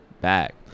back